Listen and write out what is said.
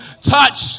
touch